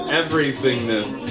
everythingness